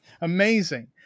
Amazing